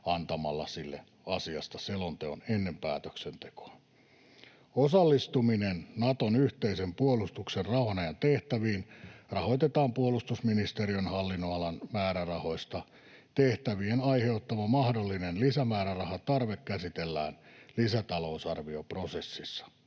antamalla sille asiasta selonteon ennen päätöksentekoa. Osallistuminen Naton yhteisen puolustuksen rauhanajan tehtäviin rahoitetaan puolustusministeriön hallinnonalan määrärahoista. Tehtävien aiheuttama mahdollinen lisämäärärahan tarve käsitellään lisätalousarvioprosessissa.